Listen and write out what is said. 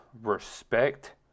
respect